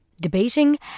Debating